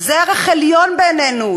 זה ערך עליון בעינינו,